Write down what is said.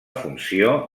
funció